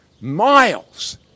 miles